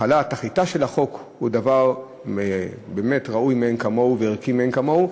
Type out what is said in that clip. שתכליתו של החוק היא דבר באמת ראוי מאין כמוהו וערכי מאין כמוהו,